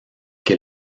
que